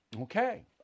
Okay